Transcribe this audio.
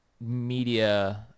media